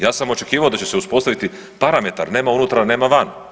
Ja sam očekivao da će se uspostaviti parametar, nema unutra, nema van.